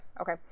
Okay